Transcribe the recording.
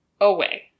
away